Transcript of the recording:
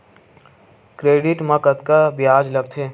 Credit मा कतका ब्याज लगथे?